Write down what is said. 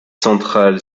central